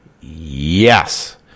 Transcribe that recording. yes